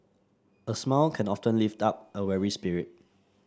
a smile can often lift up a weary spirit